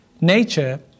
nature